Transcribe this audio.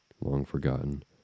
long-forgotten